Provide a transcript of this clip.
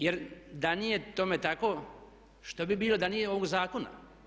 Jer da nije tome tako što bi bilo da nije ovog zakona?